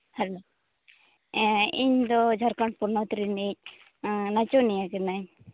hello ᱤᱧᱫᱚ ᱡᱷᱟᱨᱠᱷᱚᱸᱰ ᱯᱚᱱᱚᱛ ᱨᱤᱱᱤᱡ ᱱᱟᱪᱚᱱᱤᱭᱟᱹ ᱠᱟᱹᱱᱟᱹᱧ